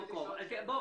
מפעל